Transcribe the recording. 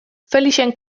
felixen